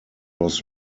was